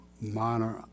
minor